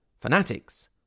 Fanatics